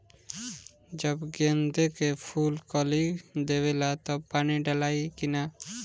जब गेंदे के फुल कली देवेला तब पानी डालाई कि न?